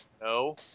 No